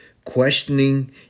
Questioning